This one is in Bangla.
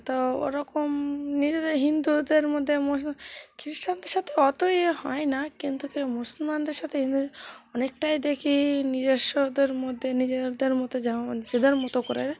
তো ওরকম নিজেদের হিন্দুদের মধ্যে মুসল খ্রিস্টানদের সাথে অত এ হয় না কিন্তু কি মুসলমানদের সাথে হিন্দুদের অনেকটাই দেখি নিজস্বদের মধ্যে নিজেদের মধ্যে যেমন নিজেদের মতো করে